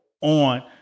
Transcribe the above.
on